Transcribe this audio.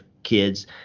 Kids